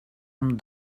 amb